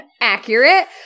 accurate